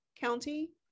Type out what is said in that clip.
County